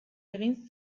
egin